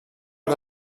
els